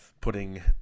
putting